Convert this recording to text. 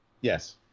Yes